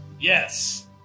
Yes